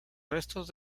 restos